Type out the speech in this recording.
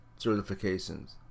certifications